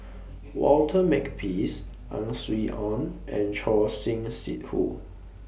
Walter Makepeace Ang Swee Aun and Choor Singh Sidhu